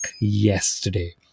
yesterday